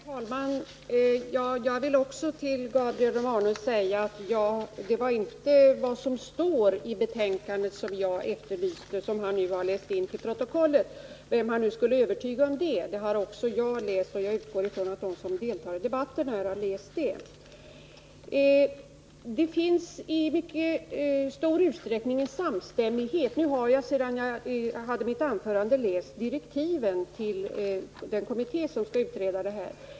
Herr talman! Jag vill också till Gabriel Romanus säga att det inte var vad som står i betänkandet som jag frågade om. Det har han läst in i protokollet — vem han nu skulle övertyga med det. Också jag har läst betänkandet, och jag utgår ifrån att de övriga som deltar i debatten har gjort det. Sedan jag höll mitt anförande har jag läst direktiven till den kommitté som skall utreda det här.